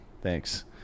Thanks